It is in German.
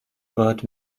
wort